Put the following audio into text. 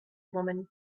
woman